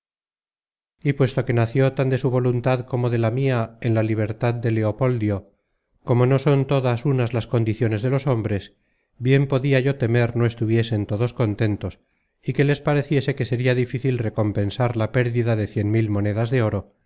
y puesto que nació tan de su voluntad como de la mia en la libertad de leopoldio como no son todas unas las condiciones de los hombres bien podia yo temer no estuviesen todos contentos y que les pareciese que sería difícil recompensar la pérdida de cien mil monedas de oro